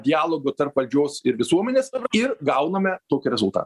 dialogo tarp valdžios ir visuomenės ir gauname tokį rezultatą